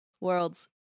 world's